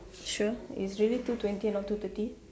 sure it's really two twenty and not two thirty